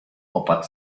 opat